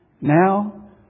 Now